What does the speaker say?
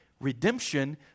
redemption